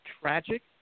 tragic